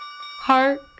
Hark